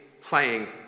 playing